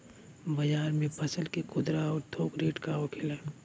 बाजार में फसल के खुदरा और थोक रेट का होखेला?